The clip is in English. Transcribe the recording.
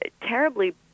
terribly